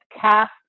cast